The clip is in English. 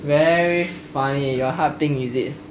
very funny your heart pink is it